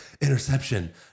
interception